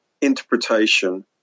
interpretation